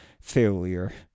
failure